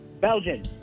Belgian